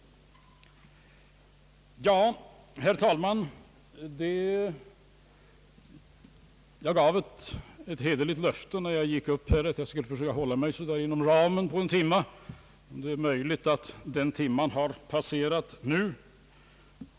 Jag gav, herr talman, ett hederligt löfte, när jag gick upp i denna talarstol, att jag skulle begränsa mitt anförande inom ramen för en timme. Det är möjligt att den timmen har passerat nu.